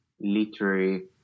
literary